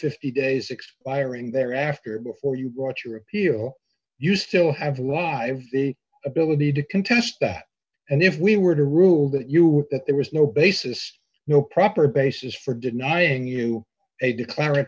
fifty days expiring there after before you write your appeal you still have live the ability to contest that and if we were to rule that you that there was no basis no proper basis for denying you a declar